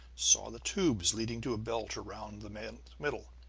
saw the tubes, leading to belt around the man's middle,